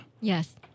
Yes